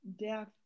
death